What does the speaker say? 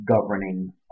governing